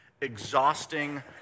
exhausting